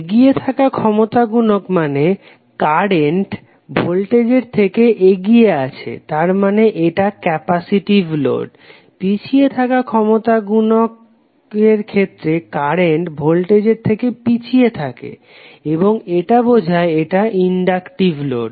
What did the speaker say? এগিয়ে থাকা ক্ষমতা গুনক মানে কারেন্ট ভোল্টেজের থেকে আগিয়ে আছে তার মানে এটা ক্যাপাসিটিভ লোড পিছিয়ে থাকা ক্ষমতা গুনকের ক্ষেত্রে কারেন্ট ভোল্টেজের থেকে পিছিয়ে থাকে এবং এটা বোঝায় এটা ইনডাক্টিভ লোড